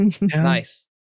nice